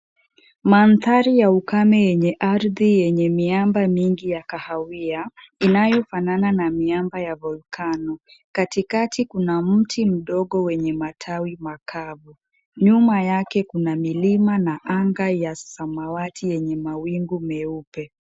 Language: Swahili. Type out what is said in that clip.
Mandhari ya ukame yenye ardhi yenye miamba mingi ya kahawia, inayo fanana na miamba ya volkano. Katikati kuna mti mdogo wenye matawi makavu. Nyuma yake kuna milima na anga ya samawati yenye mawingu meupe.